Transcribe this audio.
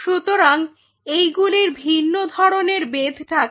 সুতরাং এই গুলির ভিন্ন ধরনের বেধ থাকে